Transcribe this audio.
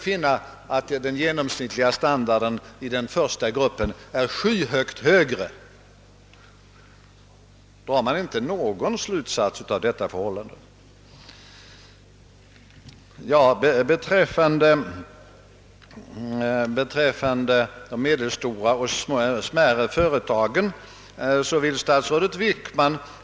Det var vår avsikt att därefter på nytt på ett mer samlat sätt ta upp de olika kreditmarknadsproblem som vi till stor del bitvis aktualiserat tidigare.